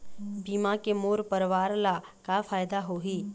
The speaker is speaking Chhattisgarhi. बीमा के मोर परवार ला का फायदा होही?